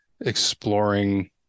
exploring